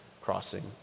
crossing